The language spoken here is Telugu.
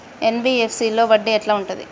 ఎన్.బి.ఎఫ్.సి లో వడ్డీ ఎట్లా ఉంటది?